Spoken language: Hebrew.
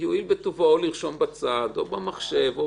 יואיל בטובו לרשום בצד או במחשב.